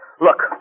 Look